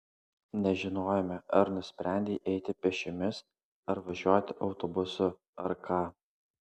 nežinojome ar nusprendei eiti pėsčiomis ar važiuoti autobusu ar ką